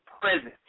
presence